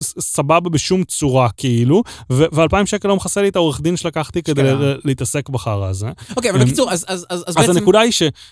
סבבה בשום צורה כאילו ואלפיים שקל לא מכסה לי את העורך דין שלקחתי כדי להתעסק בחרא הזה, אוקיי אבל בקיצור אז אז אז בעצם אז הנקודה היא ש..